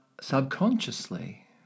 subconsciously